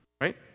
Right